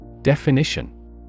Definition